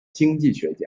经济学家